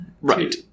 Right